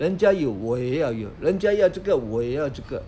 人家有我也要有人家要这个我也要这个